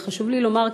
וחשוב לי לומר,